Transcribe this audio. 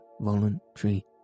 voluntary